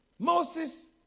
Moses